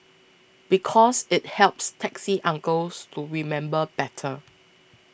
because it helps taxi uncles to remember better